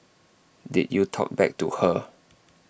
did you talk back to her